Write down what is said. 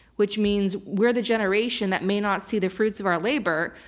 which means, we're the generation that may not see the fruits of our labor.